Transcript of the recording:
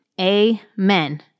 amen